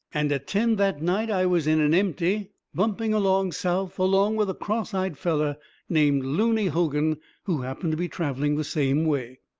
and at ten that night i was in an empty bumping along south, along with a cross-eyed feller named looney hogan who happened to be travelling the same way.